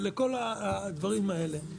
ולכל הדברים האלה.